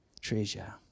treasure